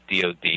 DOD